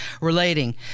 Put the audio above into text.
relating